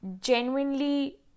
genuinely